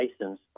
license